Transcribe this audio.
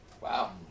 Wow